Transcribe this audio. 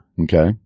Okay